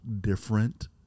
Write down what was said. different